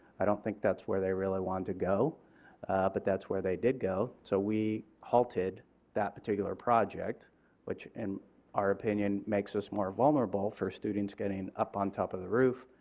i don't think that's where they really wanted to go but that's where they did go. so we halted that particular project which in our opinion makes us more vulnerable for students getting up on top of the roof,